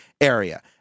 area